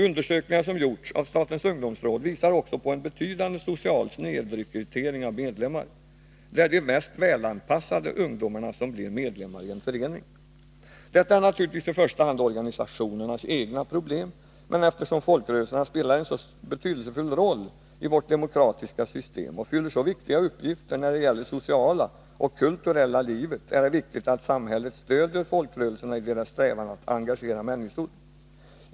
Undersökningar som gjorts av statens ungdomsråd visar också på en betydande social snedrekrytering av medlemmar. Det är de mest ”välanpassade” ungdomarna som blir medlemmar i en förening. Detta är naturligtvis i första hand organisationernas egna problem, men eftersom folkrörelserna spelar en så betydelsefull roll i vårt demokratiska system och fyller så viktiga uppgifter när det gäller det sociala och kulturella livet, är det viktigt att samhället stödjer folkrörelserna i deras strävan att engagera människor.